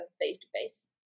face-to-face